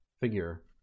figure